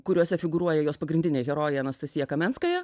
kuriuose figūruoja jos pagrindinė herojė anastasija kamenskaja